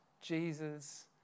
Jesus